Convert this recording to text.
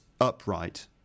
upright